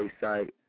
site